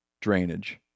drainage